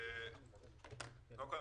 קודם כל,